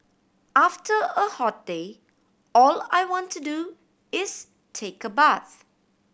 after a hot day all I want to do is take a bath